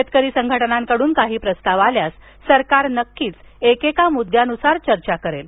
शेतकरी संघटनांकडून काही प्रस्ताव आल्यास सरकार नक्कीच एकेका मुद्द्यानुसार चर्चा करेल